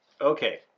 Okay